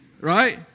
Right